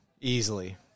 easily